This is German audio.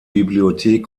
bibliothek